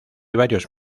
varios